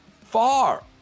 far